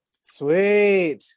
Sweet